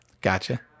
Gotcha